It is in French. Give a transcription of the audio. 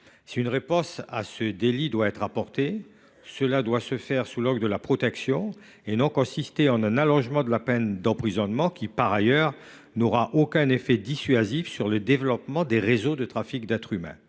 Si une réponse à ce délit doit être apportée, cela doit se faire sous l’angle de la protection, et non pas consister en un allongement de la peine d’emprisonnement, ce qui n’aura aucun effet dissuasif sur le développement des réseaux de trafic d’êtres humains.